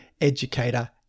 educator